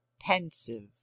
pensive